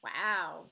Wow